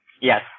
yes